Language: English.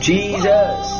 Jesus